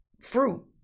fruit